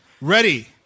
Ready